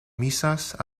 misas